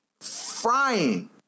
frying